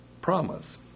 promise